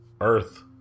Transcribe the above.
earth